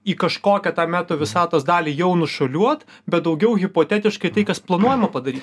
į kažkokią tą meta visatos dalį jau nušuoliuot bet daugiau hipotetiškai tai kas planuojama padaryt